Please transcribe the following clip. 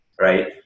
right